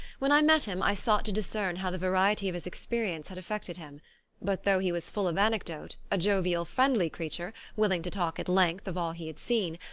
when i met him i sought to discern how the variety of his experience had affected him but though he was full of anecdote, a jovial, friendly creature, willing to talk at length of all he had seen,